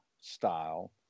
style